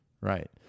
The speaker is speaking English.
Right